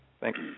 Thanks